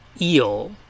eel